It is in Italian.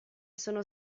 sono